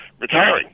retiring